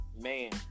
Man